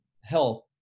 health